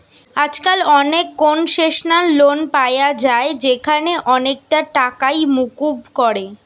আজকাল অনেক concessional loan পায়া যায় যেখানে অনেকটা টাকাই মুকুব করে